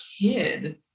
kid